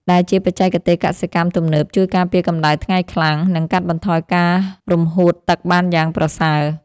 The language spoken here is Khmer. ដែលជាបច្ចេកទេសកសិកម្មទំនើបជួយការពារកម្តៅថ្ងៃខ្លាំង និងកាត់បន្ថយការរំហួតទឹកបានយ៉ាងប្រសើរ។